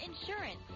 insurance